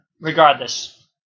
Regardless